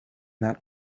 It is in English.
that